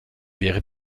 wäre